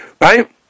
Right